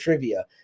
trivia